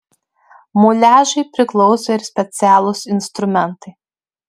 muliažui priklauso ir specialūs instrumentai